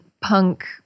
punk